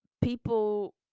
people